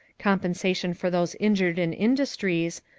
compensation for those injured in industries,